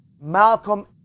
Malcolm